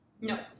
No